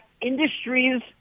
industries